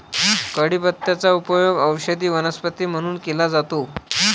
कढीपत्त्याचा उपयोग औषधी वनस्पती म्हणून केला जातो